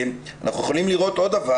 אנחנו יכולים לראות עוד דבר.